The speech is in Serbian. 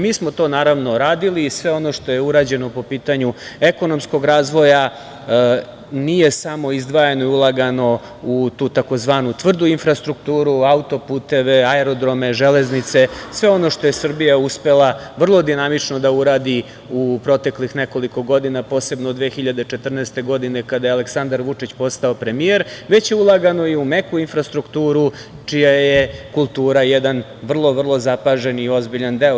Mi smo to, naravno, radili i sve ono što je urađeno po pitanju ekonomskog razvoja, nije samo izdvajano i ulagano u tu tzv. tvrdu infrastrukturu, autoputeve, aerodrome, železnice, sve ono što je Srbija uspela vrlo dinamično da uradi u proteklih nekoliko godina, posebno od 2014. godine, kada je Aleksandar Vučić postao premijer, već je ulagano i u meku infrastrukturu, čija je kultura jedan vrlo, vrlo zapažen i ozbiljan deo.